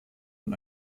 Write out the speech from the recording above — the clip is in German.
und